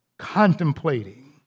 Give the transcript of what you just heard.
contemplating